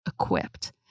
equipped